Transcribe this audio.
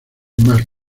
más